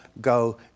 go